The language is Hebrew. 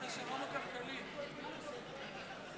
הצעת סיעת קדימה להביע אי-אמון בממשלה לא נתקבלה.